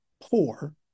poor